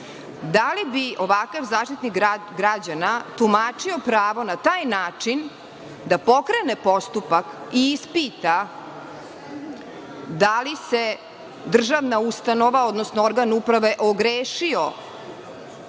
li bi ovakav Zaštitnik građana tumačio pravo na taj način da pokrene postupak i ispita da li se državna ustanova, odnosno organ uprave ogrešio